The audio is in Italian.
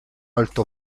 alto